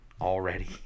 already